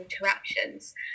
interactions